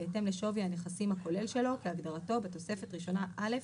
בהתאם להיקף נכסי קופות הגמל,